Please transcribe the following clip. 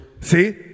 See